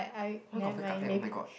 why got backup plan oh-my-god